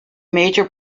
major